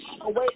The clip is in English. away